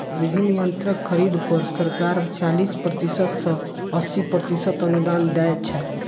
विभिन्न यंत्रक खरीद पर सरकार चालीस प्रतिशत सं अस्सी प्रतिशत अनुदान दै छै